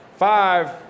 Five